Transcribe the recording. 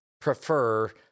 Prefer